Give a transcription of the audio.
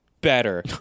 better